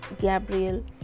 Gabriel